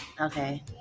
okay